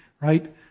right